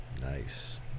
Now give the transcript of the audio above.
Nice